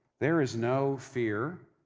there is no fear,